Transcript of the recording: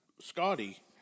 Scotty